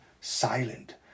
silent